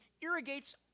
irrigates